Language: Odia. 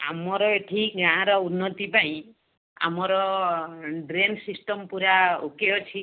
ଆମର ଏଠି ଗାଁର ଉନ୍ନତି ପାଇଁ ଆମର ଡ୍ରେନ୍ ସିଷ୍ଟମ୍ ପୁରା ଓକେ ଅଛି